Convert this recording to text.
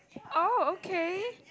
oh okay